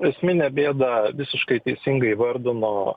esminę bėdą visiškai teisingai įvardino